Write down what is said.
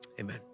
amen